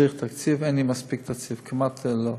צריך תקציב, ואין לי מספיק תקציב, כמעט לא.